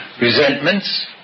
Resentments